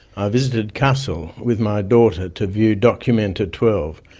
i visited kassel with my daughter to view documenta twelve,